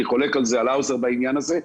אני חולק על האוזר בעניין הזה.